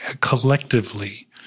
collectively